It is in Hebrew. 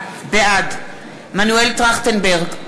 בעד מנואל טרכטנברג,